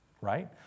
Right